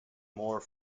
more